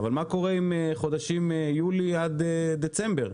מה קורה עם חודשים יולי עד דצמבר?